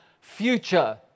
future